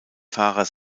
fahrer